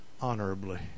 honorably